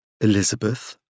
Elizabeth